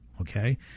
okay